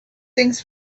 things